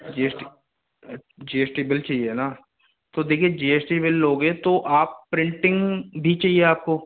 जी S T G S T bill चाहिए न तो देखिए जी एस टी बिल लोगे तो आप प्रिंटिंग भी चाहिए आपको